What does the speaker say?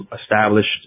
established